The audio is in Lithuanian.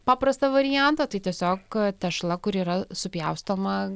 paprastą variantą tai tiesiog tešla kuri yra supjaustoma